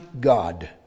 God